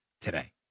today